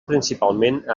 principalment